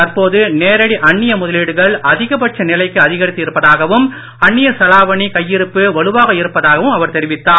தற்போது நேரடி அன்னிய முதலீடுகள் அதிகபட்ச நிலைக்கு அதிகரித்து இருப்பதாகவும் அன்னிய செலாவணி கையிருப்பு வலுவாக இருப்பதாகவும் அவர் தெரிவித்தார்